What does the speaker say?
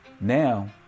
Now